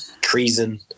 treason